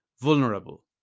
vulnerable